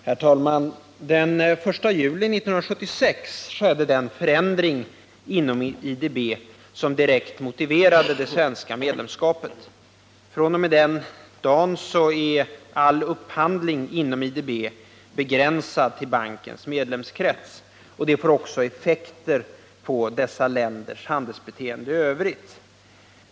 Herr talman! Den 1 juli 1976 skedde den förändring inom IDB som direkt motiverade det svenska medlemskapet. fr.o.m. den dagen är all upphand ling inom IDB begränsad till bankens medlemskrets. Det får också effekter på dessa länders handelsbeteende i övrigt.